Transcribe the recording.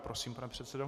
Prosím, pane předsedo.